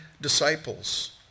disciples